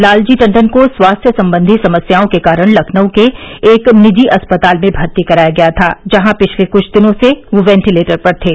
लालजी टंडन को स्वास्थ्य सम्बंधी समस्याओं के कारण लखनऊ के एक निजी अस्पताल में भर्ती कराया गया था जहां पिछले कुछ दिनों से वह वेंटीलेटर पर थे